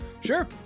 Sure